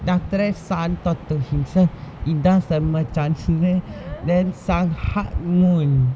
then after sun talked to himself he does the much chance then sun hugged moon